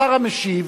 השר המשיב